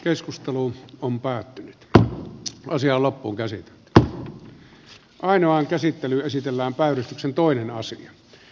keskustelu on päättynyt ja taittamiseksi ovat kyllä sitten väärät myös